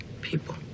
people